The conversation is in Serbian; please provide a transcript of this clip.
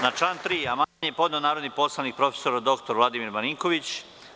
Na član 3. amandman je podneo narodni poslanik prof. dr Vladimir Marinković.